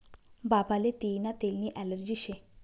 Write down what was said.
बाबाले तियीना तेलनी ॲलर्जी शे